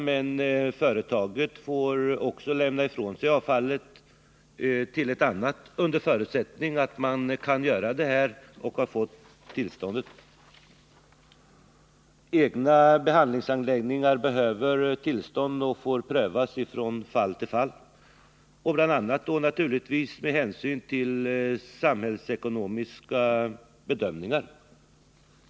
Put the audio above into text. Men företaget får också lämna ifrån sig avfallet till ett annat företag — under förutsättning att detta är möjligt och man har fått tillstånd. Om egna behandlingsanläggningar skall få användas är en fråga som måste prövas från fall till fall, naturligtvis bl.a. med hänsyn till samhällsekonomiska bedömningar.